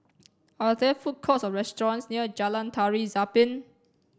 are there food courts or restaurants near Jalan Tari Zapin